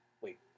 Wait